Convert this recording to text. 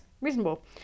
reasonable